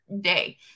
day